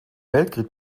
weltkrieg